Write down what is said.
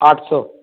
آٹھ سو